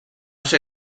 ser